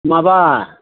माबा